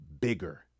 bigger